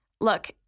Look